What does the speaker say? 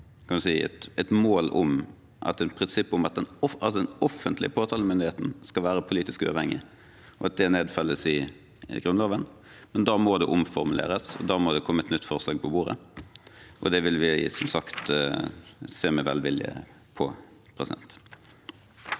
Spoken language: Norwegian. om at den offentlige påtalemyndigheten skal være politisk uavhengig, og at det nedfelles i Grunnloven, men da må det omformuleres. Da må det komme et nytt forslag på bordet, og det vil vi som sagt se med velvilje på. Frode